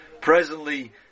presently